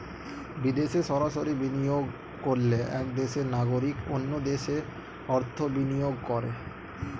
বিদেশে সরাসরি বিনিয়োগ করলে এক দেশের নাগরিক অন্য দেশে অর্থ বিনিয়োগ করে